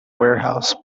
warehouse